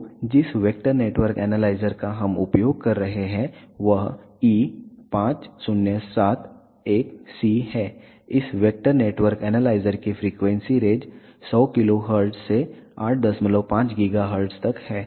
तो जिस vector network analyser का हम उपयोग कर रहे हैं वह E5071C है इस वेक्टर नेटवर्क एनालाइजर की फ्रीक्वेंसी रेंज 100 kHz से 85 GHz तक है